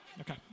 Okay